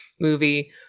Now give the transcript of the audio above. movie